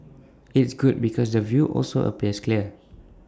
it's good because the view also appears clear